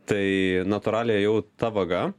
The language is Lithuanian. tai natūraliai ėjau ta vaga